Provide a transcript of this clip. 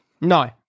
No